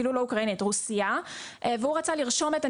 אני חושבת שהדבר שמאוד ברור שהוצף כאן לאורך